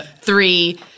three